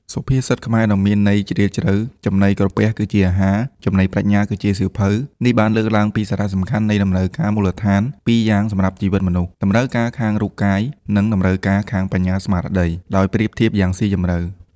សុភាសិតខ្មែរដ៏មានអត្ថន័យជ្រាលជ្រៅ ចំណីក្រពះគឺជាអាហារ ចំណីប្រាជ្ញាគឺជាសៀវភៅ នេះបានលើកឡើងពីសារៈសំខាន់នៃតម្រូវការមូលដ្ឋានពីរយ៉ាងសម្រាប់ជីវិតមនុស្ស តម្រូវការខាងរូបកាយ និង តម្រូវការខាងបញ្ញាស្មារតី ដោយប្រៀបធៀបយ៉ាងស៊ីជម្រៅ។